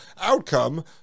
outcome